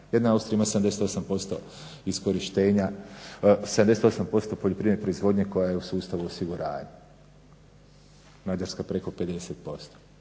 Jedna Austrija ima 78% poljoprivredne proizvodnje koja je u sustavu osiguranja, Mađarska preko 50%.